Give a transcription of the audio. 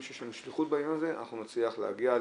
שיש לנו שליחות בעניין הזה אנחנו נצליח להגיע,